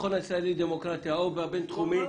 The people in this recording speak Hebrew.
במכון הישראלי לדמוקרטיה או בבין-תחומי,